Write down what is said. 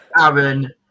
aaron